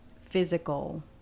physical